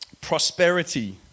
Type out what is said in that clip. prosperity